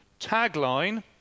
Tagline